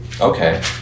Okay